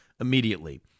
immediately